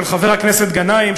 של חבר הכנסת גנאים,